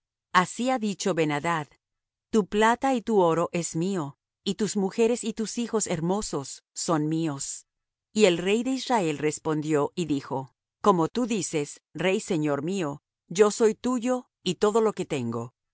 así ha dicho ben adad tu plata y tu oro es mío y tus mujeres y tus hijos hermosos son míos y el rey de israel respondió y dijo como tú dices rey señor mío yo soy tuyo y todo lo que tengo